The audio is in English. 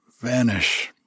vanish